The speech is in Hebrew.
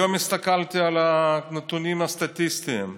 היום הסתכלתי על הנתונים הסטטיסטיים: